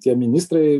tie ministrai